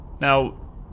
now